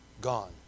Gone